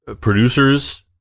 producers